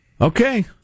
Okay